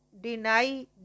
deny